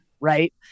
right